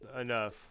enough